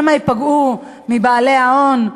שמא ייפגע מבעלי ההון,